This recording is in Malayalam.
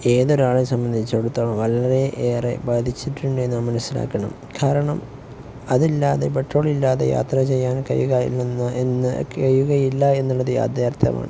ഏതൊരാളെ സംബന്ധിച്ചിടത്തോളവും വളരെയേറെ ബാധിച്ചിട്ടുണ്ടെന്നു മനസ്സിലാക്കണം കാരണം അതില്ലാതെ പെട്രോളില്ലാതെ യാത്ര ചെയ്യാൻ കഴിയുകയില്ല എന്നുള്ളത് യാദാര്ത്ഥ്യമാണ്